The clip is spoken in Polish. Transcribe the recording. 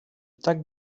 tak